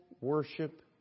worship